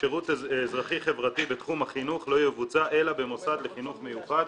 שירות אזרחי חברתי בתחום החינוך לא יבוצע אלא במוסד לחינוך מיוחד